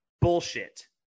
Bullshit